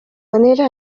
manera